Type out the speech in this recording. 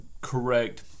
correct